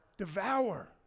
devour